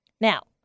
Now